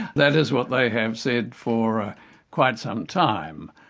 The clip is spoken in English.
that is what they have said for quite some time.